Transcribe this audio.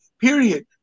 period